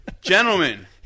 Gentlemen